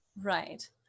Right